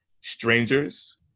strangers